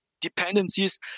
dependencies